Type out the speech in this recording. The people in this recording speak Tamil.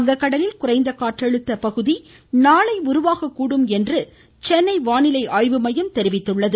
வங்கக்கடலில் குறைந்த காற்றழுத்த பகுதி நாளை உருவாகக்கூடும் என்று சென்னை வானிலை ஆய்வுமையம் தெரிவித்துள்ளது